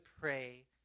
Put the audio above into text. pray